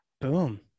Boom